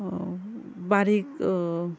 बारीक